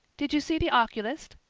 did you see the oculist?